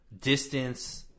distance –